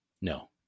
No